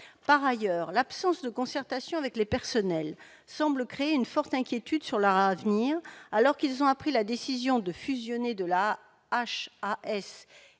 Par ailleurs, l'absence de concertation avec les personnels semble susciter chez eux une forte inquiétude pour leur avenir, alors qu'ils ont appris la décision de fusionner la HAS